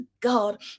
God